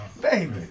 baby